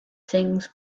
things